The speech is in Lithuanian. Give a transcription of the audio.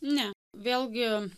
ne vėlgi